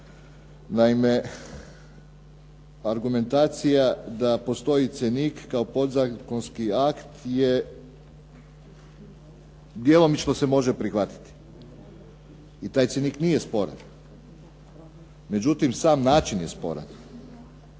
Naime, argumentacija da postoji cjenik kao podzakonski akt je djelomično se može prihvatiti. I taj cjenik nije sporan. Međutim sam način je sporan.